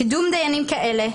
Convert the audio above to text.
קידום דיינים כאלה,